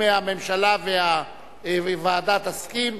אם הממשלה והוועדה יסכימו,